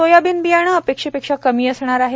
soybean बियाणं अपेक्षापेक्षा कमी असणार आहे